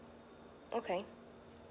okay